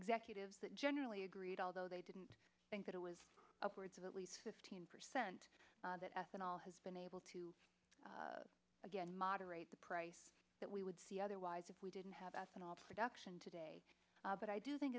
executives that generally agreed although they didn't think that it was upwards of at least fifteen percent that ethanol has been able to again moderate the price that we would see otherwise if we didn't have ethanol production today but i do think